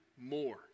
more